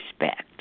respect